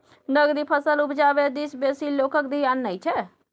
नकदी फसल उपजाबै दिस बेसी लोकक धेआन नहि छै